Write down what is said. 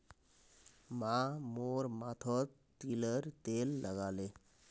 माँ मोर माथोत तिलर तेल लगाले